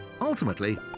Ultimately